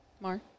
Mar